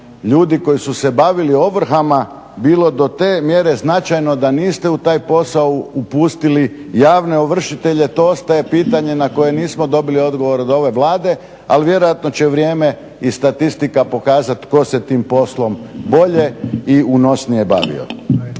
ljudi koji su se bavili ovrhama bilo do te mjere značajno da niste u taj posao upustili javne ovršitelje to ostaje pitanje na koje nismo dobili odgovor od ove Vlade ali vjerojatno će vrijeme i statistika tko se tim poslom bolje i unosnije bavio.